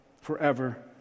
forever